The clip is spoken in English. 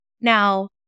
Now